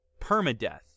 permadeath